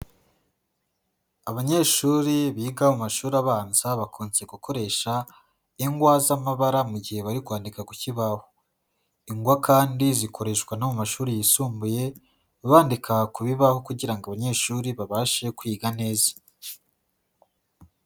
Abanyeshuri biga mu mashuri abanza, bakunze gukoresha ingwa z'amabara mu gihe bari kwandika ku kibaho, ingwa kandi zikoreshwa no mu mashuri yisumbuye, bandika ku bibaho kugira ngo abanyeshuri babashe kwiga neza.